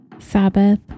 sabbath